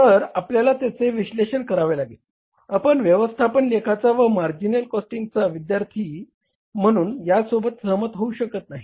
तर आपल्याला त्याचे विश्लेषण करावे लागेल आपण व्यवस्थापन लेखाचा व मार्जिनल कॉस्टिंगचा विद्यार्थी म्हणून यासोबत सहमत होऊ शकत नाही